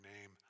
name